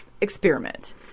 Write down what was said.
Experiment